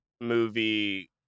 movie